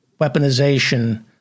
weaponization